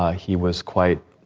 ah he was quite,